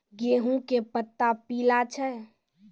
गेहूँ के पत्ता पीला छै?